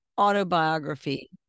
autobiography